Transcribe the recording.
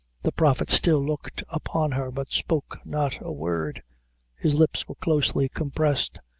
the prophet still looked upon her, but spoke not a word his lips were closely compressed,